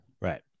Right